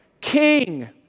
king